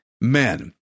men